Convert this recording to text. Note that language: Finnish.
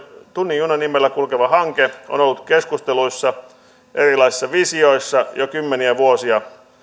tunnin juna nimellä kulkeva hanke on ollut keskusteluissa ja erilaisissa visioissa jo kymmeniä vuosia